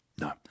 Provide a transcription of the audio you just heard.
No